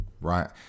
right